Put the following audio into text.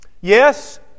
Yes